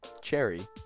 CHERRY